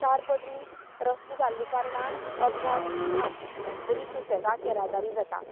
चार पदरी रस्तो जाल्ल्या कारणांत अपघात घडनात बरी सुशेगाद येरादारी जातात